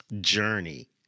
journey